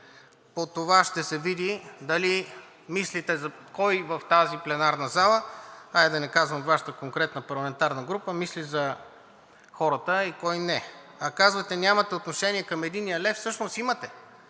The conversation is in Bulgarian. По това ще се види кой в тази пленарна зала, хайде, да не казвам Вашата конкретна парламентарна група, мисли за хората и кой не. А казвате: нямате отношение към единия лев. Всъщност имате,